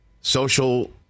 social